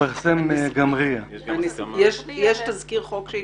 התפרסם גם RIA יש תזכיר חוק שהתפרסם?